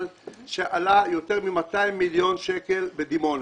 שעלה יותר מ-200 מיליון שקלים בדימונה.